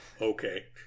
okay